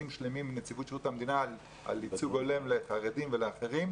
שלמים עם נציבות שירות המדינה על ייצוג הולם לחרדים ולאחרים.